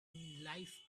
life